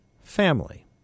family